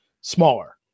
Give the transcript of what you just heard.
smaller